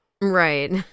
Right